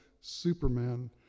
superman